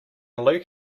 luke